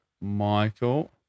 Michael